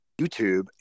youtube